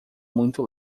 muito